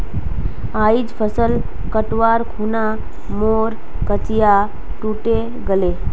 आइज फसल कटवार खूना मोर कचिया टूटे गेले